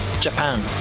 Japan